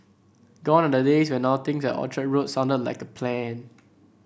gone are the days when outings at Orchard Road sounded like a plan